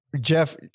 Jeff